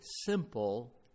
simple